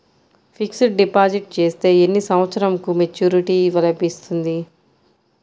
Fixed deposit చేస్తే ఎన్ని సంవత్సరంకు మెచూరిటీ లభిస్తుంది?